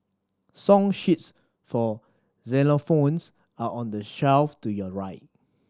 song sheets for xylophones are on the shelf to your right